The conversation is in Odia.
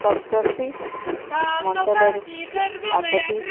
ସପ୍ତର୍ଷି ମଣ୍ଡଳରୁ ସାତଟି